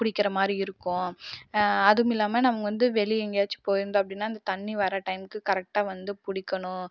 புடிக்கிறமாதிரி இருக்கும் அதுவுமில்லாமல் நம்ம வந்து வெளியே எங்கயாச்சும் போயிருந்தோம் அப்படின்னா அந்த தண்ணி வர டைம்க்கு கரெக்டாக வந்து பிடிக்கணும்